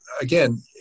again